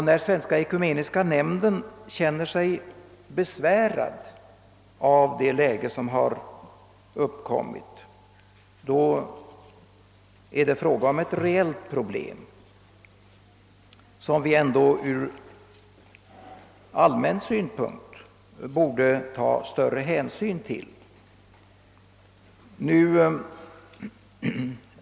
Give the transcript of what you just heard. När Svenska ekumeniska nämnden känner sig besvärad av det läge som har uppkommit, då är det fråga om ett reellt problem som vi ur allmänna synpunkter borde ta större hänsyn till.